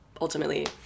ultimately